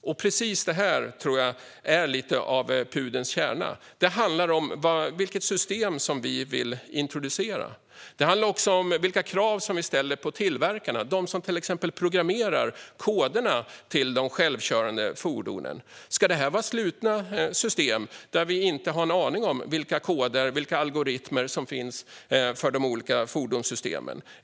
Precis det tror jag är lite av pudelns kärna. Det handlar om vilket system som vi vill introducera. Det handlar också om vilka krav som vi ställer på tillverkarna, de som till exempel programmerar koderna till de självkörande fordonen. Ska det vara slutna system där vi inte har en aning om vilka koder och vilka algoritmer som finns för de olika fordonssystemen?